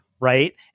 Right